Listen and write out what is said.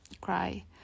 cry